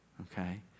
okay